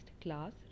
class